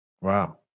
Wow